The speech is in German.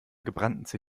gebrannten